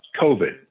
COVID